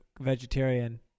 vegetarian